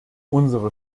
unsere